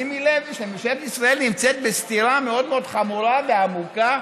שימי לב שממשלת ישראל נמצאת בסתירה מאוד מאוד חמורה ועמוקה,